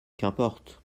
qu’importe